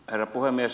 herra puhemies